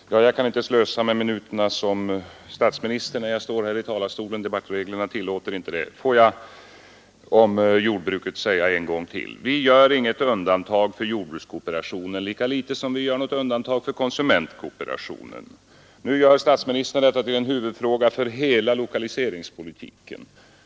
Herr talman! Jag kan inte slösa med minuterna som statsministern när jag står här i talarstolen — debattreglerna tillåter inte det. Får jag om jordbruket säga en gång till: Vi gör inget undantag för jordbrukskooperationen, lika litet som vi gör något undantag för konsumentkooperationen. Nu gör statsministern detta till en huvudfråga för hela lokaliseringspolitiken.